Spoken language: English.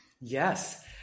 Yes